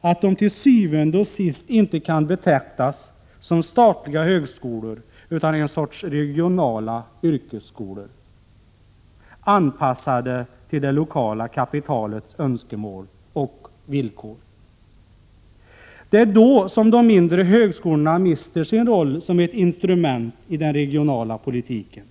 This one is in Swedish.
att de til syvende og sidst inte kan betraktas som statliga högskolor utan som en sorts regionala yrkesskolor, anpassade till det lokala kapitalets önskemål och villkor. Det är då som de mindre högskolorna mister sin roll som ett instrument i den regionala politiken.